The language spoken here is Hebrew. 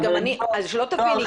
שלא תביני,